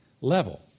level